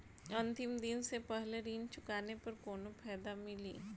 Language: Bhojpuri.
अंतिम दिन से पहले ऋण चुकाने पर कौनो फायदा मिली?